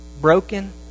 broken